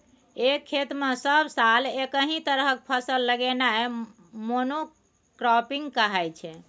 एक खेत मे सब साल एकहि तरहक फसल लगेनाइ मोनो क्राँपिंग कहाइ छै